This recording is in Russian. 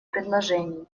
предложений